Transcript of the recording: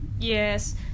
Yes